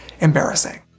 embarrassing